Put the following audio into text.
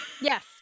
Yes